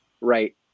right